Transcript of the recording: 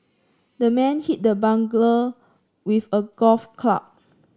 the man hit the burglar with a golf club